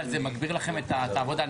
אבל זה מגביר לכם את העבודה.